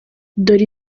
dore